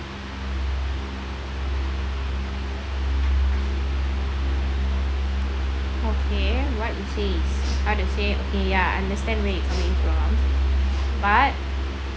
okay what you says how to say okay ya understand where you coming from but